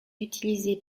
utilisées